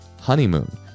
honeymoon